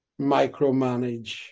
micromanage